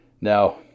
Now